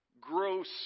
Gross